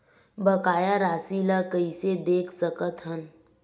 बकाया राशि ला कइसे देख सकत हान?